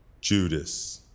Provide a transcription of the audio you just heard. Judas